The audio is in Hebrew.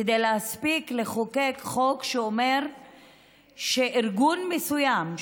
כדי להספיק לחוקק חוק שאומר שארגון מסוים,